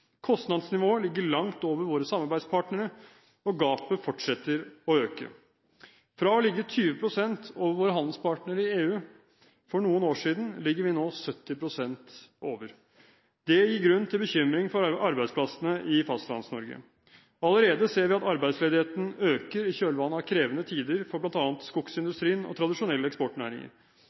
Kostnadsnivået ligger langt over våre samarbeidspartneres, og gapet fortsetter å øke. Fra å ligge 20 pst. over våre handelspartnere i EU for noen år siden, ligger vi nå 70 pst. over. Det gir grunn til bekymring for arbeidsplassene i Fastlands-Norge. Allerede ser vi at arbeidsledigheten øker i kjølvannet av krevende tider for bl.a. skogsindustrien og tradisjonelle eksportnæringer,